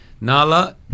Nala